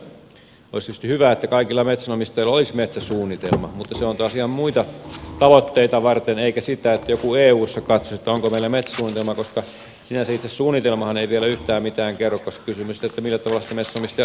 sinänsä olisi tietysti hyvä että kaikilla metsänomistajilla olisi metsäsuunnitelma mutta se on taas ihan muita tavoitteita varten eikä sitä että joku eussa katsoisi että onko meillä metsäsuunnitelma koska sinänsä itse suunnitelmahan ei vielä yhtään mitään kerro koska kysymys on siitä millä tavalla sitten metsänomistaja hyödyntää suunnitelmaansa